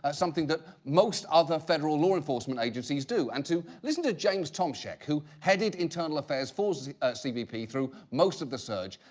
ah something that most other federal law enforcement agencies do, and to listen to james tomsheck, who headed internal affairs for so cbp through most of the surge,